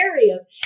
areas